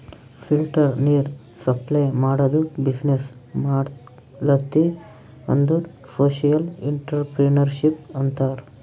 filter ನೀರ್ supply ಮಾಡದು business ಮಾಡ್ಲತಿ ಅಂದುರ್ ಸೋಶಿಯಲ್ ಇಂಟ್ರಪ್ರಿನರ್ಶಿಪ್ ಅಂತಾರ್